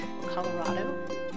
Colorado